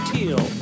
Teal